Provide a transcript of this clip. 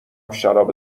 شراب